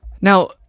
Now